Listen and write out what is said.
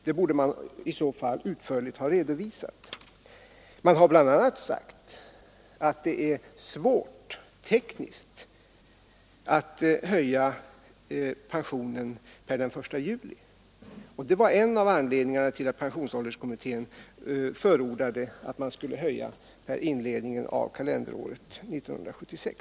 Det borde man utförligt ha redovisat. Det har bl.a. sagts i betänkandet att det är tekniskt svårt att höja pensionen per den 1 juli och att det var en av anledningarna till att pensionsålderskommittén förordade att höjningen skulle göras från början av kalenderåret 1976.